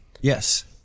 Yes